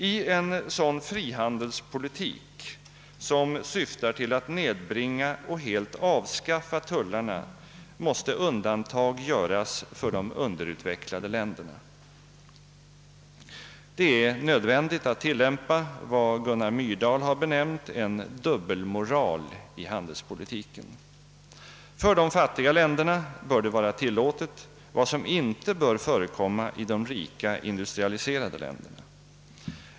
I en sådan frihandelspolitik som syftar till att nedbringa och helt avskaffa tullarna måste undantag göras för de underutvecklade länderna. Det är nödvändigt att tillämpa vad Gunnar Myrdal har benämnt en dubbelmoral i handelspolitiken. För de fattiga länderna bör vara tilllåtet vad som inte bör förekomma i de rika industrialiserade länderna.